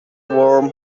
warm